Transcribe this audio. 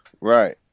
right